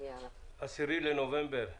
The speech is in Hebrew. ה-10 בנובמבר 2020,